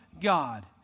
God